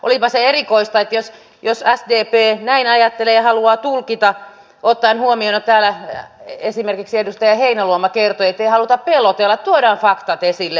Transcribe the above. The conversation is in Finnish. olipa se erikoista jos sdp näin ajattelee ja haluaa tulkita ottaen huomioon että täällä esimerkiksi edustaja heinäluoma kertoi ettei haluta pelotella että tuodaan faktat esille